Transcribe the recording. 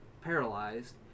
paralyzed